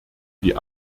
die